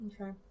Okay